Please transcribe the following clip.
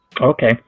okay